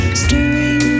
stirring